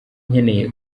nkeneye